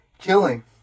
killing